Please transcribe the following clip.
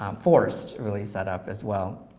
um forced really, set up as well.